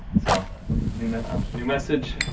so new message. new message,